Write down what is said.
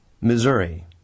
Missouri